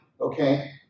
okay